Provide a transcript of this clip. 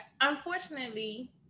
Unfortunately